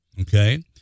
Okay